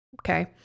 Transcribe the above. Okay